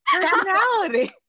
personality